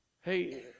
Hey